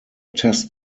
test